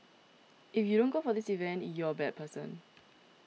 if you don't go for this event you're a bad person